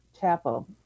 chapel